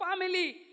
family